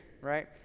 right